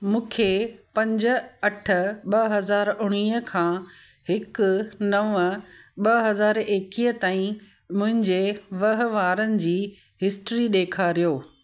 मूंखे पंज अठ ॿ हज़ार उणिवीह खां हिकु नव ॿ हज़ार एकवीह ताईं मुंहिंजे वहिंवारनि जी हिस्ट्री ॾेखारियो